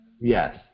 Yes